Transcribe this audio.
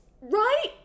Right